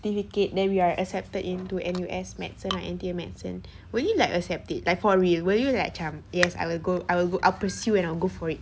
certificate then we are accepted into N_U_S medicine or N_T_U medicine would you like accept it like for real will you like macam yes I will go I will go I'll pursue and I'll go for it